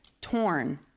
torn